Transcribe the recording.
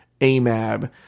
amab